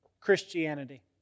Christianity